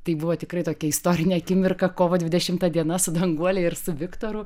tai buvo tikrai tokia istorinė akimirka kovo dvidešimta diena su danguole ir su viktoru